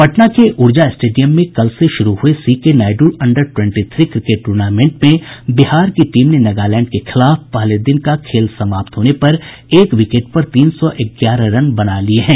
पटना के ऊर्जा स्टेडियम में कल से शुरू हुये CK Naidu under twenty three cricket tournament में बिहार की टीम ने नगालैंड के खिलाफ पहले दिन का खेल समाप्त होने पर एक विकेट पर तीन सौ ग्यारह रन बना लिये हैं